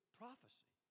prophecy